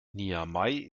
niamey